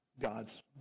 God's